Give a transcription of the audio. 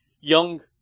young